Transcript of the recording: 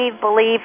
believe